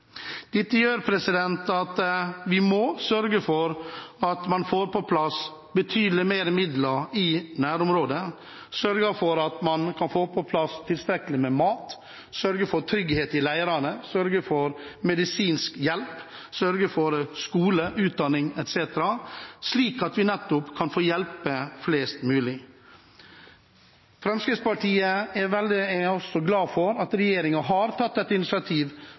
Dette gjør at vi må sørge for at man får på plass betydelig flere midler i nærområdet, sørger for at man får på plass tilstrekkelig med mat, sørger for trygghet i leirene, sørger for medisinsk hjelp, sørger for skole, utdanning etc., slik at vi nettopp kan få hjulpet flest mulig. Fremskrittspartiet er glad for at regjeringen har tatt initiativ